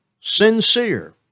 sincere